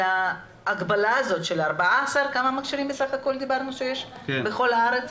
ההגבלה הזאת של 14 המכשירים שיש בכל הארץ.